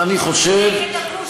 יש בבית הזה